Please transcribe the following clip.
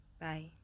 Bye